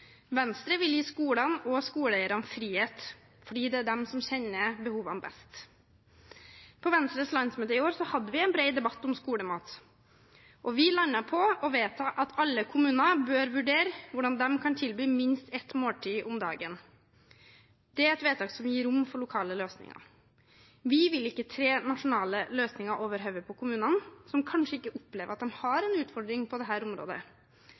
Venstre vil gi skolene og skoleeierne frihet, fordi det er de som kjenner behovene best. På Venstres landsmøte i år hadde vi en bred debatt om skolemat, og vi landet på å vedta at alle kommuner bør vurdere hvordan de kan tilby minst ett måltid om dagen. Det er et vedtak som gir rom for lokale løsninger. Vi vil ikke tre nasjonale løsninger over hodet på kommunene, som kanskje ikke opplever at de har en utfordring på dette området.